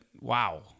Wow